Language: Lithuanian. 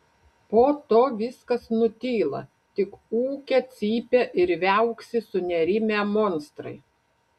po to viskas nutyla tik ūkia cypia ir viauksi sunerimę monstrai